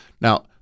Now